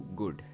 good